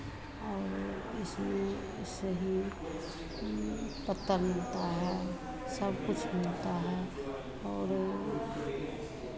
और इसमें से ही पत्ता मिलता है सबकुछ मिलता है और